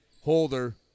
Holder